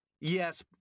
yes